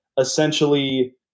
essentially